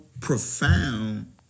profound